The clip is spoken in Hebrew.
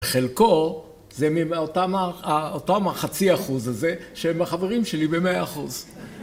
‫חלקו זה אותם החצי אחוז הזה, ‫שהם החברים שלי ב-100 אחוז.